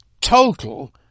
total